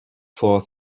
four